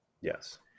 Yes